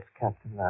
Captain